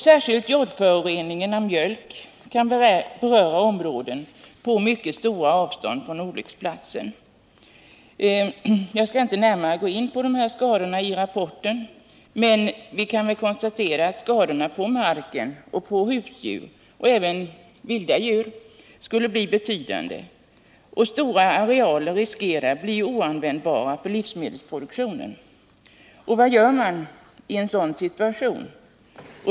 Särskilt jodföroreningen av mjölk kan beröra områden på mycket stora avstånd från olycksplatsen. Jag skall inte närmare gå in på de skador som redovisas i rapporten, men vi kan konstatera att skadorna på mark, husdjur och vilda djur skuile bli betydande. Och stora arealer riskerar bli oanvändbara för livsmedelsproduktion. Vad görs i en sådan situation?